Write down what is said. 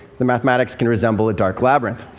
the mathematics can resemble a dark labyrinth.